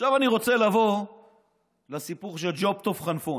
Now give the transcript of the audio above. עכשיו אני רוצה לעבור לסיפור של ג'וב טוב חנפון.